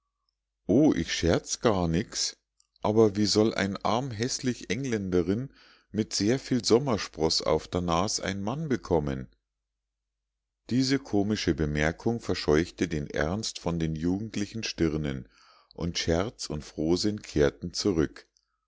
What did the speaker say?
o ich scherz gar nix aber wie soll ein arm häßlich engländerin mit sehr viel sommerspross auf der nas ein mann bekommen diese komische bemerkung verscheuchte den ernst von den jugendlichen stirnen und scherz und frohsinn kehrten zurück